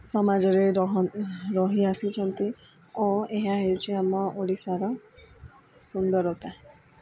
ସମାଜରେ ରହିଆସିଛନ୍ତି ଓ ଏହା ହେଉଛି ଆମ ଓଡ଼ିଶାର ସୁନ୍ଦରତା